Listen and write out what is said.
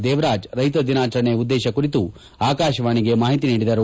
ದೇವರಾಜ್ ರೈತ ದಿನಾಚರಣೆ ಉದ್ದೇಶ ಕುರಿತು ಆಕಾಶವಾಣಿಗೆ ಮಾಹಿತಿ ನೀಡಿದರು